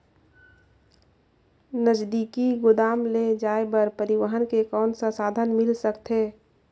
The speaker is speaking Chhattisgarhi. नजदीकी गोदाम ले जाय बर परिवहन के कौन साधन मिल सकथे?